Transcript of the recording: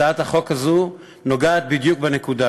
הצעת החוק הזו נוגעת בדיוק בנקודה.